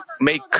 make